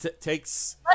takes